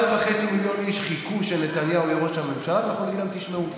2.5 מיליון איש חיכו שנתניהו יהיה ראש הממשלה ואנחנו נגיד להם: תשמעו,